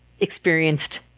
experienced